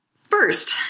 first